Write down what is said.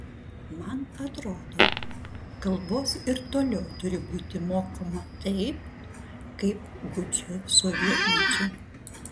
man atrodo kalbos ir toliau turi būti mokoma taip kaip gūdžiu sovietmečiu